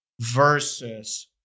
versus